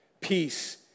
Peace